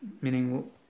Meaning